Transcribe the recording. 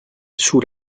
sous